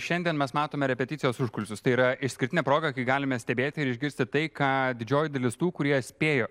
šiandien mes matome repeticijos užkulisius tai yra išskirtinė proga kai galime stebėti ir išgirsti tai ką didžioji dalis tų kurie spėjo